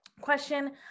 question